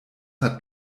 hat